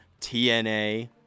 TNA